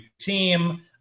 team